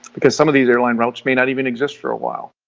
because, some of these airline routes may not even exist for a while,